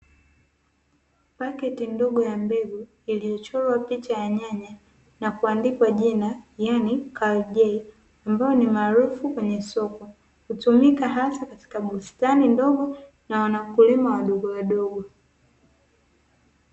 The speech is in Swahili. Paketi ndogo ya mbegu iliyochorwa picha ya nyanya na kuandikwa jina, ambayo ni maarufu katika soko hutumika pia kwenye bustani na wakulima wadogo.